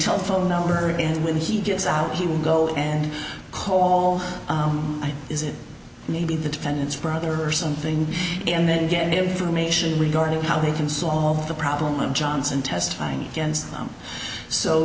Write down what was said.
telephone number and when he gets out he will go and call is it maybe the defendant's brother or something and then get information regarding how they can solve the problem and johnson testifying against them so